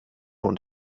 und